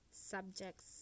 subjects